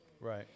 Right